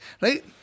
Right